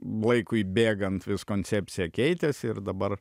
laikui bėgant vis koncepcija keitėsi ir dabar